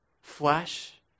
flesh